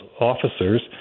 officers